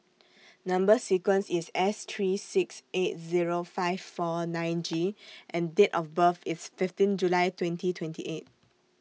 Number sequence IS S three six eight Zero five four nine G and Date of birth IS fifteen July twenty twenty eight